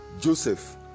joseph